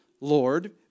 Lord